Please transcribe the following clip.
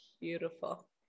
Beautiful